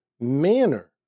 manner